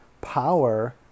power